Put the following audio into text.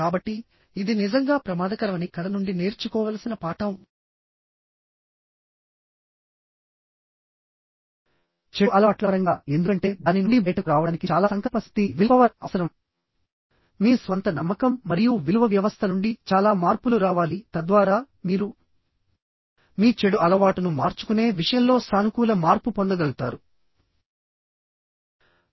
కాబట్టి ఇది నిజంగా ప్రమాదకరమని కథ నుండి నేర్చుకోవలసిన పాఠం చెడు అలవాట్ల పరంగా ఎందుకంటే దాని నుండి బయటకు రావడానికి చాలా సంకల్ప శక్తి అవసరం మీ స్వంత నమ్మకం మరియు విలువ వ్యవస్థ నుండి చాలా మార్పులు రావాలి తద్వారా మీరు మీ చెడు అలవాటును మార్చుకునే విషయంలో సానుకూల మార్పు పొందగలుతారు